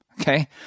Okay